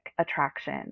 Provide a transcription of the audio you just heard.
attraction